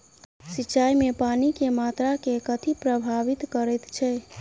सिंचाई मे पानि केँ मात्रा केँ कथी प्रभावित करैत छै?